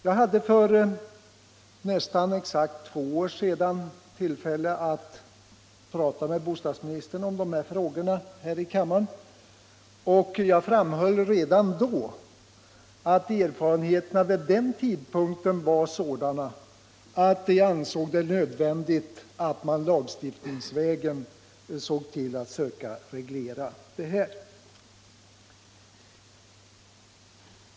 Jag hade för nästan exakt två år sedan tillfälle att diskutera med bostadsministern om de frågorna här i kammaren och jag framhöll redan då att erfarenheterna vid den tidpunkten var sådana att det ansågs nödvändigt att man lagstiftningsvägen sökte reglera dessa klausuler.